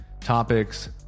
topics